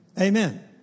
Amen